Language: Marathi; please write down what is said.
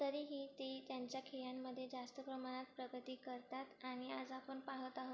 तरीही ती त्यांच्या खेळांमध्ये जास्त प्रमाणात प्रगती करतात आणि आज आपण पाहत आहो